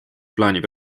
plaanib